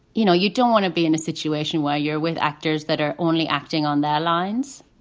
you know, you don't want to be in a situation where you're with actors that are only acting on their lines.